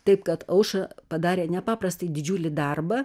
taip kad aušra padarė nepaprastai didžiulį darbą